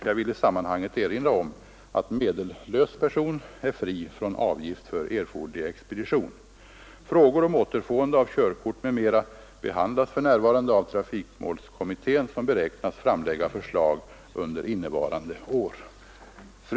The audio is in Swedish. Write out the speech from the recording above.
Jag vill i sammanhanget erinra om att medellös person är fri från avgift för erforderlig expedition. Frågor om återfående av körkort m.m. behandlas för närvarande av trafikmålskommittén, som beräknas framlägga förslag under innevarande år.